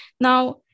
now